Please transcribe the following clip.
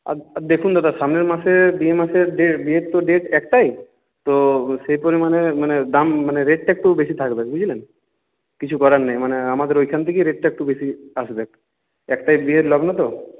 আর আর দেখুন দাদা সামনের মাসে মে মাসের যে বিয়ের তো ডেট একটাই তো সেই পরিমাণে মানে দাম মানে রেটটা একটু বেশি থাকবে বুঝলেন কিছু করার নেই মানে আমাদের ওইখান থেকেই রেটটা একটু বেশি আসবে একটাই বিয়ের লগ্ন তো